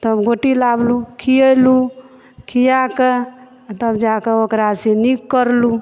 तब गोटी लाबलूँ खीएलहुॅं खीया के तब जाके ओकरा से नीक करलहुॅं